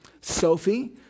Sophie